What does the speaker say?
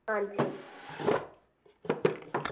ஆ சரி